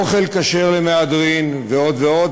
אוכל כשר למהדרין ועוד ועוד,